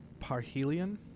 parhelion